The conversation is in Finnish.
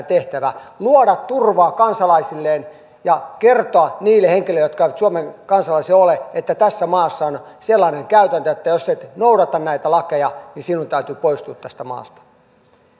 tehtävä luoda turva kansalaisilleen ja kertoa niille henkilöille jotka eivät suomen kansalaisia ole että tässä maassa on sellainen käytäntö että jos et noudata näitä lakeja niin sinun täytyy poistua tästä maasta